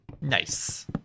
Nice